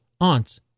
aunts